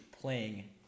playing